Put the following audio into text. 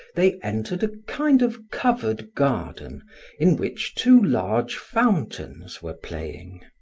they entered a kind of covered garden in which two large fountains were playing.